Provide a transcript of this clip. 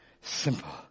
simple